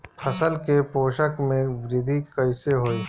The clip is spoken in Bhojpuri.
फसल के पोषक में वृद्धि कइसे होई?